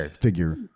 figure